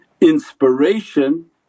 inspiration